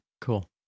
Cool